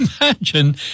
imagine